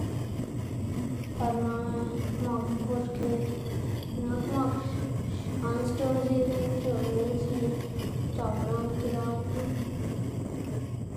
Par na' mak porke x̱i'k nak mak ansc̲h̲a or ziꞌd minn c̲h̲uꞌnn bis y c̲h̲ap man kwidad yu